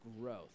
growth